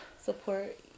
support